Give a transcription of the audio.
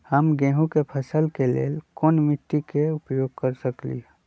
हम गेंहू के फसल के लेल कोन मिट्टी के उपयोग कर सकली ह?